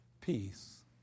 peace